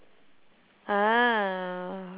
ah